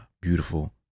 beautiful